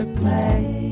play